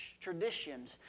traditions